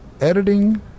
editing